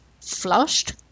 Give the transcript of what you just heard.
flushed